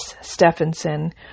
Stephenson